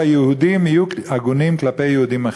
שהיהודים יהיו הגונים כלפי יהודים אחרים.